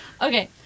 Okay